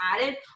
added